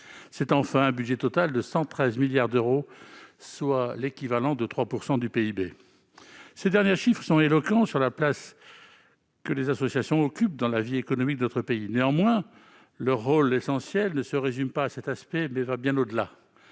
C'est enfin un budget total de 113 milliards d'euros, soit l'équivalent de 3 % du produit intérieur brut (PIB). Ces derniers chiffres sont éloquents pour exprimer la place que les associations occupent dans la vie économique de notre pays. Néanmoins, leur rôle essentiel ne se résume pas à cet aspect, il va bien au-delà.